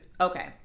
okay